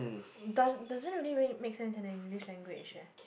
does does it really really make sense as an English language eh